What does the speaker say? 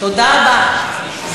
תודה רבה.